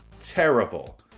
Terrible